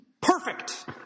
Perfect